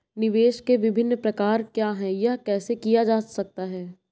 निवेश के विभिन्न प्रकार क्या हैं यह कैसे किया जा सकता है?